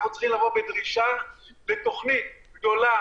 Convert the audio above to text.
אנחנו צריכים לבוא בדרישה לתכנית גדולה,